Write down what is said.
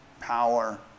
power